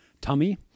tummy